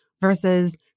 versus